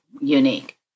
unique